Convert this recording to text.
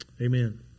Amen